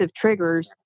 triggers